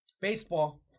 baseball